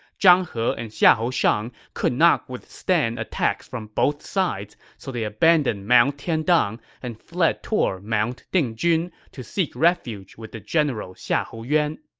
zhang he and xiahou shang could not withstand attacks from two sides, so they abandoned mount tiandang and fled toward mount dingjun to seek refuge with the general xiahou yuan